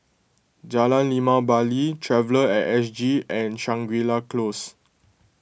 Jalan Limau Bali Traveller at S G and Shangri La Close